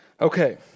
Okay